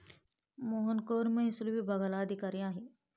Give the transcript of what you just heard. मोहन कर महसूल विभागात अधिकारी आहे